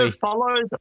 follows